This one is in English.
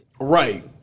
Right